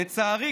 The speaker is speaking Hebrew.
לצערי,